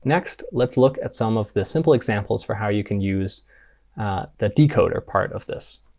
next, let's look at some of the simple examples for how you can use the decoder part of this.